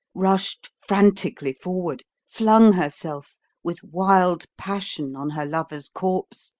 rushed frantically forward, flung herself with wild passion on her lover's corpse,